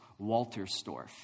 Walterstorff